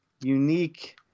unique